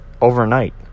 overnight